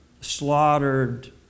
slaughtered